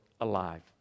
alive